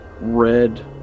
red